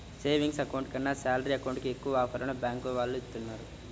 savings account కన్నా salary account కి ఎక్కువ ఆఫర్లను బ్యాంకుల వాళ్ళు ఇస్తున్నారు